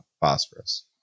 phosphorus